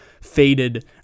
faded